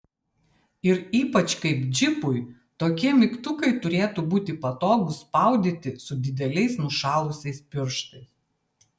ir ypač kaip džipui tokie mygtukai turėtų būti patogūs spaudyti su dideliais nušalusiais pirštais